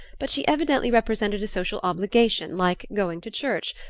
but she evidently represented a social obligation like going to church,